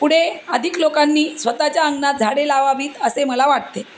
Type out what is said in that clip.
पुढे अधिक लोकांनी स्वतःच्या अंगणात झाडे लावावीत असे मला वाटते